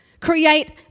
create